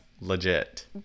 legit